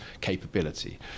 capability